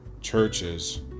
churches